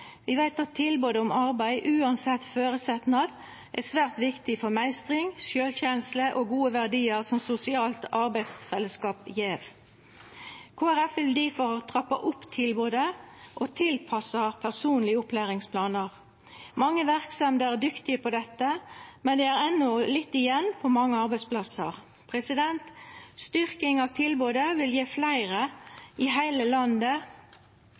Vi veit at tilbod om arbeid – uansett føresetnad – er svært viktig for meistring, sjølvkjensle og gode verdiar som sosialt arbeidsfellesskap gjev. Kristeleg Folkeparti vil difor trappa opp tilbodet og tilpassa personlege opplæringsplanar. Mange verksemder er dyktige på dette, men det er enno litt igjen på mange arbeidsplassar. Styrking av tilbodet vil gje fleire i heile landet